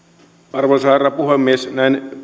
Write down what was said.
arvoisa herra puhemies näin